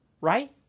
Right